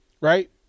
right